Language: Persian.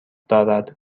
دارد